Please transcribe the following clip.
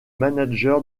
manager